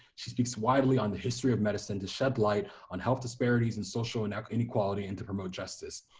she speaks widely on the history of medicine to shed light on health disparities and social and inequality, and to promote justice.